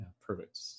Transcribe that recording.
perfect